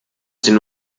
den